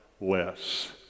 less